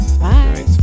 Bye